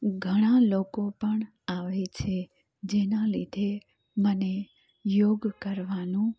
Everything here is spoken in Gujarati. ઘણા લોકો પણ આવે છે જેના લીધે મને યોગ કરવાનું